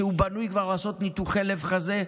שהוא כבר בנוי לעשות ניתוחי לב-חזה.